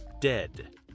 dead